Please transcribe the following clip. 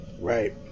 Right